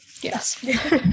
Yes